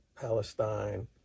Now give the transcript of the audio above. Palestine